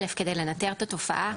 כדי לנטר את התופעה.